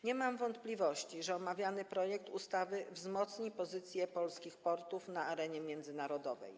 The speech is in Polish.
Nie mam wątpliwości, że omawiany projekt ustawy wzmocni pozycję polskich portów na arenie międzynarodowej.